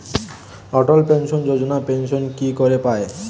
অটল pension Yojana pension কি করে পায়?